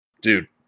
Dude